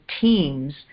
teams